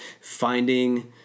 finding